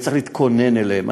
וצריך להתכונן אליהם.